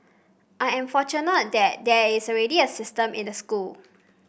I am fortunate that there is already a system in the school